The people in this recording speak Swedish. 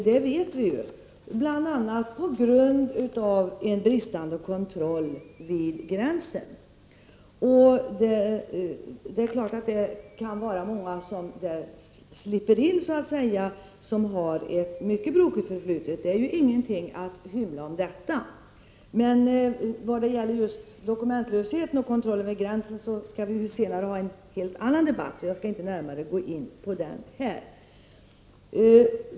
Det vet vi ju. Att de ändå kommer hit beror bl.a. på bristande kontroll vid gränsen. Många som har ett mycket brokigt förflutet slipper in. Det är ingenting att hymla om. Men vad gäller dokumentlöshet och kontrollen vid gränsen skall vi ha en helt annan debatt, så jag skall inte närmare gå in på det nu.